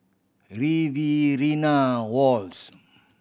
Riverina Was